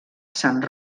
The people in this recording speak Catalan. sant